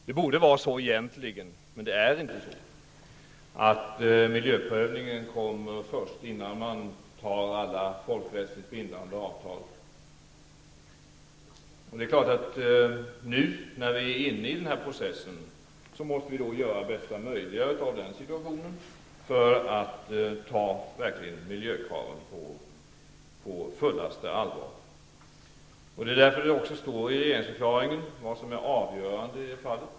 Det borde vara så egentligen, men det är inte så, att miljöprövningen kommer först, innan man antar alla folkrättsligt bindande avtal. Nu när vi är inne i den här processen är det klart att vi måste göra bästa möjliga av den situationen, för att verkligen ta miljökraven på fullaste allvar. Det är därför det också står i regeringsförklaringen vad som är avgörande i det fallet.